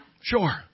Sure